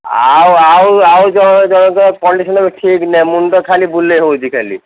ଆଉ ଆଉ ଆଉ ଜଣଙ୍କର କଣ୍ଡିସନ ଏବେ ଠିକ୍ ନାହିଁ ମୁଣ୍ଡ ଖାଲି ବୁଲାଇ ହେଉଛି ଖାଲି